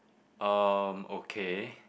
um okay